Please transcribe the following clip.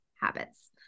habits